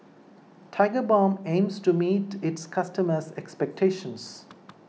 Tigerbalm aims to meet its customers' expectations